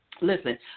Listen